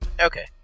Okay